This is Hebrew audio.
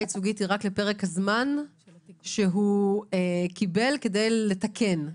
ייצוגית היא רק לפרק הזמן שהוא קיבל כדי לתקן.